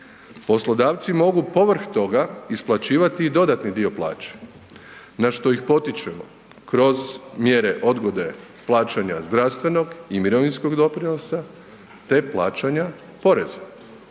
Poslodavci mogu povrh toga isplaćivati i dodatni dio plaće na što ih potičemo kroz mjere odgode plaćanja zdravstvenog i mirovinskog doprinosa te plaćanja poreza.